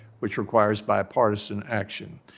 which requires bipartisan action.